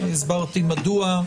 הסברתי מדוע.